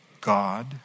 God